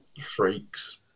freaks